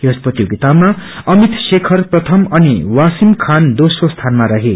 यस प्रतियोगितामा अमित शेखर प्रथम अनि वासिम खान दोम्रो सीनामा रहे